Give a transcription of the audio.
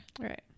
right